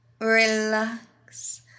relax